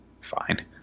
fine